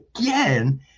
again